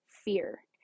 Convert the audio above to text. Fear